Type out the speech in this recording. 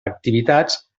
activitats